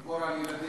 גיבור על ילדים.